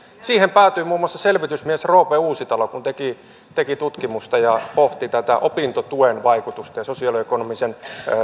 siihen päätyi muun muassa selvitysmies roope uusitalo kun teki teki tutkimusta ja pohti tätä opintotuen vaikutusta ja sosioekonomisen